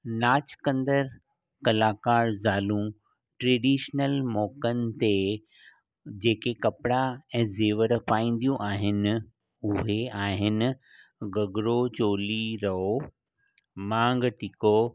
नाचु कंदड़ कलाकार ज़ालूं ट्रेडिशनल मौक़नि ते जेके कपिड़ा ऐं ज़ेवर पाईंदियूं आहिनि उहे आहिनि घघरो चोली रओ मांग टीको